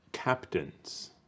captains